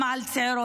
גם על צעירות,